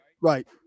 Right